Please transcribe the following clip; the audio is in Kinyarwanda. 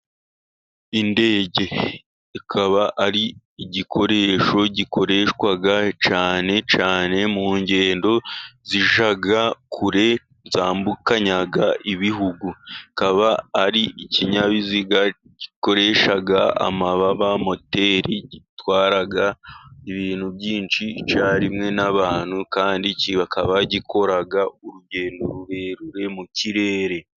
Indege, ikaba ari igikoresho gikoreshwa cyane cyane mu ngendo zijya kure zambukanya ibihugu. Ikaba ari ikinyabiziga gikoresha amababa moteri, gitwara ibintu byinshi icyarimwe n'abantu, kandi kikaba gikora urugendo rurerure mu kirere.